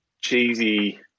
cheesy